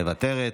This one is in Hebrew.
מוותרת,